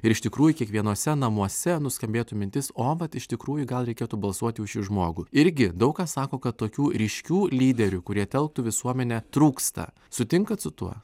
ir iš tikrųjų kiekvienuose namuose nuskambėtų mintis o vat iš tikrųjų gal reikėtų balsuoti už šį žmogų irgi daug kas sako kad tokių ryškių lyderių kurie telktų visuomenę trūksta sutinkat su tuo